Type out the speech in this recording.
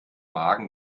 magen